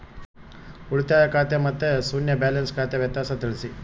ಉಳಿತಾಯ ಖಾತೆ ಮತ್ತೆ ಶೂನ್ಯ ಬ್ಯಾಲೆನ್ಸ್ ಖಾತೆ ವ್ಯತ್ಯಾಸ ತಿಳಿಸಿ?